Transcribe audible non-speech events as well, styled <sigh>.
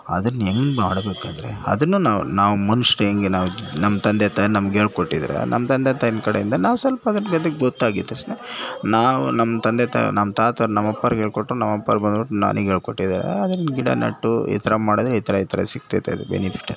ಅದನ್ನು ಹೆಂಗೆ ಮಾಡ್ಬೇಕಂದ್ರೆ ಅದನ್ನೂ ನಾವು ನಾವು ಮನುಷ್ಯರು ಹೇಗೆ ನಾವು ನಮ್ಮ ತಂದೆ ತಾಯಿ ನಮಗೆ ಹೇಳ್ಕೊಟ್ಟಿದ್ದಾರೆ ನಮ್ಮ ತಂದೆ ತಾಯಿನ ಕಡೆಯಿಂದ ನಾವು ಸ್ವಲ್ಪ ಅದನ್ನು <unintelligible> ಗೊತ್ತಾಗಿದ ತಕ್ಷಣ ನಾವು ನಮ್ಮ ತಂದೆ ತಾಯಿ ನಮ್ಮ ತಾತವರು ನಮ್ಮ ಅಪ್ಪವ್ರಿಗೆ ಹೇಳ್ಕೊಟ್ರು ನಮ್ಮಪ್ಪವ್ರು ಬಂದ್ಬಿಟ್ಟು ನನಗೆ ಹೇಳ್ಕೊಟ್ಟಿದ್ದಾರೆ ಅದನ್ನ ಗಿಡ ನೆಟ್ಟು ಈ ಥರ ಮಾಡಿದ್ರೆ ಈ ಥರ ಈ ಥರ ಸಿಗ್ತೈತೆ ಅದರ ಬೆನಿಫಿಟ್ ಅಂತ